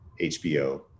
HBO